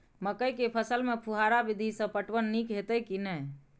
मकई के फसल में फुहारा विधि स पटवन नीक हेतै की नै?